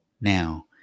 Now